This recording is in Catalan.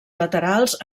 laterals